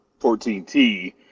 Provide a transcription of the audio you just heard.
14T